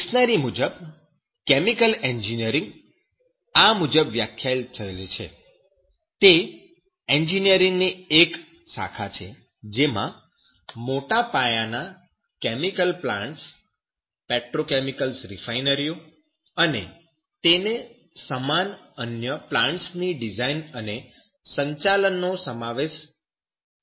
dictionary મુજબ chemical engineering આ મુજબ વ્યાખ્યાયિત થયેલ છે તે એન્જિનિયરીંગ ની એક શાખા છે જેમાં મોટા પાયાના કેમિકલ પ્લાન્ટ્સ પેટ્રોકેમિકલ્સ રિફાઈનરીઓ અને તેને સમાન અન્ય પ્લાન્ટ્સ ની ડિઝાઈન અને સંચાલન નો સમાવેશ થાય છે